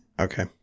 Okay